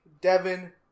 Devin